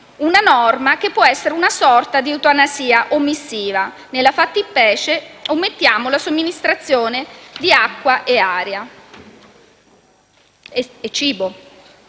una norma che può essere una sorta di eutanasia omissiva. Nella fattispecie, omettiamo la somministrazione di acqua, aria e cibo,